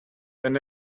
than